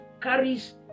carries